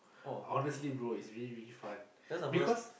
honestly bro it's really really fun because